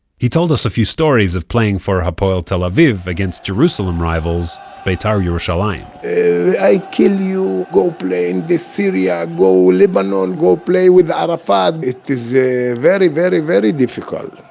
he told us a few stories of playing for hapoel tel aviv against jerusalem rivals, beitar yerushalaim i kill you. go play in the syria! go lebanon! go play with arafat! it is very very very difficult.